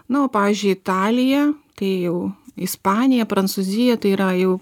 na o pavyzdžiui italija tai jau ispanija prancūzija tai yra jau